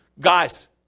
guys